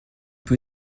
peu